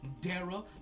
Dara